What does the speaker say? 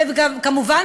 וגם כמובן,